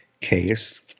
case